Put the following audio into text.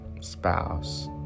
spouse